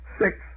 six